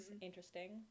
interesting